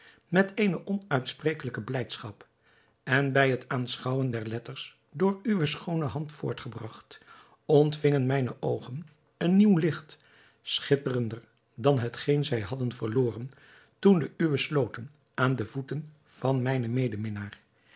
met eene onuitsprekelijke blijdschap en bij het aanschouwen der letters door uwe schoone hand voortgebragt ontvingen mijne oogen een nieuw licht schitterender dan hetgeen zij hadden verloren toen de uwen sloten aan de voeten van mijnen